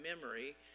memory